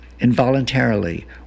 involuntarily